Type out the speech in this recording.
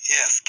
Yes